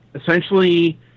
essentially